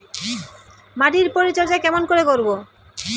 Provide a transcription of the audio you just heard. মাটির পরিচর্যা কেমন করে করব?